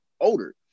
older